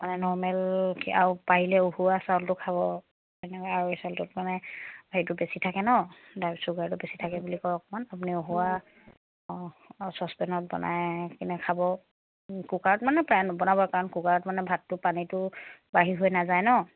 মানে নৰ্মেল আৰু পাৰিলে উহোৱা চাউলটো খাব তেনেকৈ আৰৈ চাউলটোত মানে হেৰিটো বেছি থাকে নহ্ ডাই চুগাৰটো বেছি থাকে বুলি কয় অকণমান আপুনি উহোৱা অঁ চচপেনত বনাই কিনে খাব কুকাৰত মানে প্ৰায় নবনাবই কাৰণ কুকাৰত মানে ভাতটো পানীটো বাহিৰ হৈ নাযায় নহ্